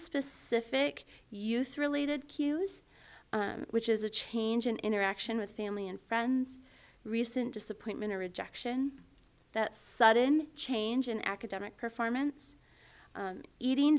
specific youth related ques which is a change in interaction with family and friends recent disappointment or rejection the sudden change in academic performance eating